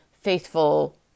faithful